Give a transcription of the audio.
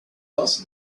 also